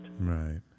Right